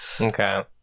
Okay